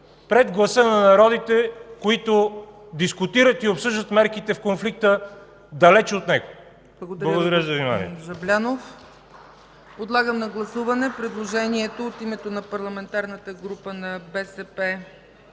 пред гласа на народите, които дискутират и обсъждат мерките в конфликта далеч от него. Благодаря Ви за вниманието.